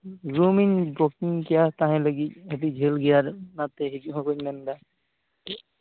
ᱨᱩᱢᱤᱧ booking ᱠᱮᱭᱟ ᱛᱟᱦᱮᱸ ᱞᱟᱹᱜᱤᱫ ᱟᱹᱰᱤ ᱡᱷᱟᱹᱞ ᱜᱮᱭᱟ ᱚᱱᱟᱛᱮ ᱦᱤᱡᱩᱜ ᱦᱚᱸ ᱵᱟᱹᱧ ᱢᱮᱱᱮᱫᱟ